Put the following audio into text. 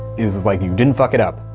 is like, you didn't fuck it up.